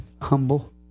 humble